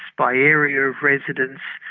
by area of residence,